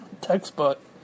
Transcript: textbook